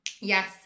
yes